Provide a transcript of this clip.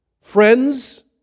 Friends